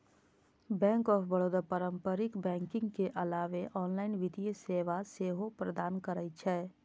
bank of Baroda पारंपरिक banking के अलावे ऑनलाइन वित्तीय सेवा सेहो प्रदान करै छै